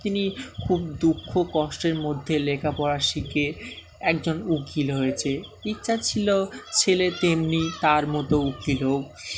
তিনি খুব দুঃখ কষ্টের মধ্যে লেখাপড়া শিখে একজন উকিল হয়েছে ইচ্ছা ছিল ছেলে তেমনি তার মতো উকিল হোক